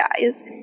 guys